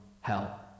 hell